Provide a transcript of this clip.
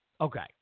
Okay